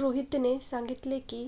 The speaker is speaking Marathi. रोहितने सांगितले की,